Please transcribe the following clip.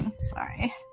Sorry